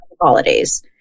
holidays